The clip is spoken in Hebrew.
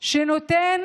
שנותן